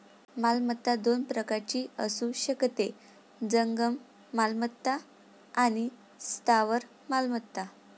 मालमत्ता दोन प्रकारची असू शकते, जंगम मालमत्ता आणि स्थावर मालमत्ता